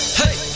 hey